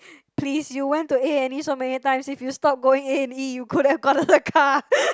please you went to A-and-E so many times if you stop going A-and-E you could have gotten a car